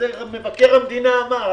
אז מבקר המדינה אמר,